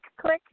click